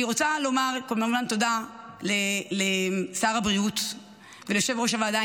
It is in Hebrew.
אני רוצה לומר כמובן תודה לשר הבריאות וליושב-ראש הוועדה,